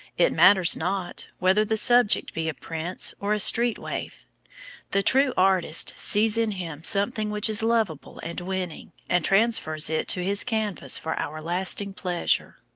it matters not whether the subject be a prince or a street-waif the true artist sees in him something which is lovable and winning, and transfers it to his canvas for our lasting pleasure.